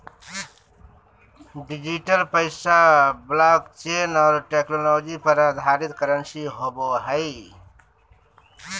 digital पैसा blockchain और technology पर आधारित करंसी होवो हइ